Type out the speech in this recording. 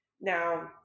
Now